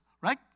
right